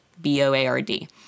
B-O-A-R-D